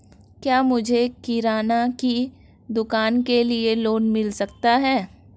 क्या मुझे किराना की दुकान के लिए लोंन मिल सकता है?